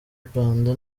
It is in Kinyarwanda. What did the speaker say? rwanda